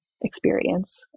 experience